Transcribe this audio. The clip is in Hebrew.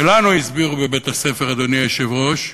שלנו הסבירו בבית-הספר, אדוני היושב-ראש,